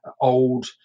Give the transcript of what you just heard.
old